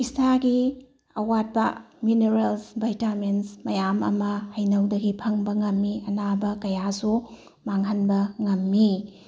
ꯏꯁꯥꯒꯤ ꯑꯋꯥꯠꯄ minerals vitamins ꯃꯌꯥꯝ ꯑꯃ ꯍꯩꯅꯧꯗꯒꯤ ꯐꯪꯕ ꯉꯝꯃꯤ ꯑꯅꯥꯕ ꯀꯌꯥꯁꯨ ꯃꯥꯡꯍꯟꯕ ꯉꯝꯃꯤ